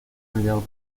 mediados